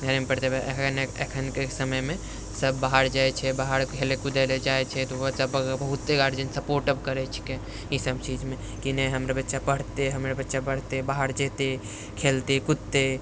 घरेमे पढ़तै एखनके समयमे सब बाहर जाइ छै बाहर खेलै कुदैलए जाइ छै तऽ ओहोसँ बहुते गार्जन सपोर्ट अब करै छिकै ई सब चीजमे कि नहि हमरा बच्चा पढ़तै हमरा बच्चा बढ़तै बाहर जेतै खेलतै कुदतै